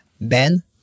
Ben